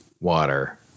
water